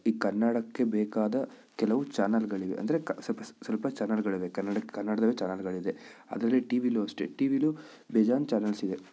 ಈ ಕನ್ನಡಕ್ಕೆ ಬೇಕಾದ ಕೆಲವು ಚಾನಲ್ಗಳಿವೆ ಅಂದರೆ ಕ ಸ್ವಲ್ಪ ಸ್ವಲ್ಪ ಚಾನಲ್ಗಳಿವೆ ಕನ್ನಡಕ್ಕೆ ಕನ್ನಡದವೇ ಚಾನಲ್ಗಳಿದೆ ಅದರಲ್ಲಿ ಟಿವಿಲೂ ಅಷ್ಟೇ ಟಿವಿಲೂ ಬೇಜಾನ್ ಚಾನಲ್ಸಿದೆ